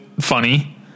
funny